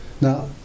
Now